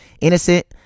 innocent